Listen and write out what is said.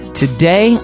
today